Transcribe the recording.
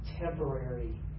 temporary